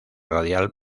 radial